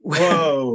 whoa